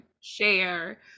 share